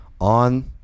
on